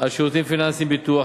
השירותים הפיננסיים (ביטוח),